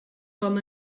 com